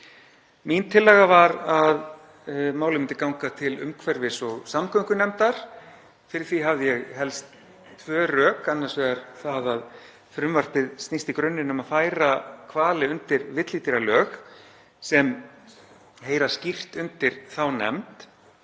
mín tillaga var að málið myndi ganga til umhverfis- og samgöngunefndar. Fyrir því hafði ég helst tvenn rök, annars vegar það að frumvarpið snýst í grunninn um að færa hvali undir villidýralög, sem heyra skýrt undir þá nefnd.